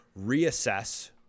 reassess